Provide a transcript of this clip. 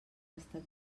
tastat